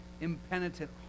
impenitent